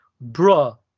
bro